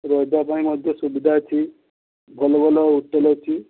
ରହିବାପାଇଁ ମଧ୍ୟ ସୁବିଧା ଅଛି ଭଲ ଭଲ ହୋଟେଲ୍ ଅଛି